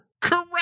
correct